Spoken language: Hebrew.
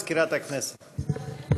תיפגע,